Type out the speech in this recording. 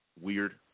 weird